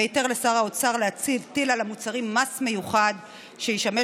היתר לשר האוצר להטיל על המוצרים מס מיוחד שישמש